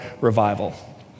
revival